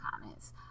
comments